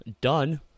done